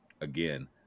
again